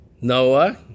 Noah